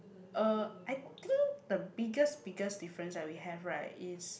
uh I think the biggest biggest difference that we have right is